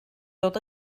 dod